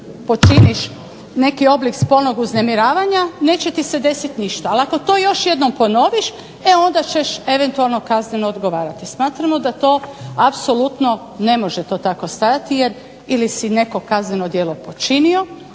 počiniš neki oblik spolnog uznemiravanja neće ti se desiti ništa, ali ako to još jednom ponoviš e onda ćeš eventualno kazneno odgovarati. Smatramo da to apsolutno ne može to tako stajati jer ili si neko kazneno djelo počinio